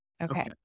Okay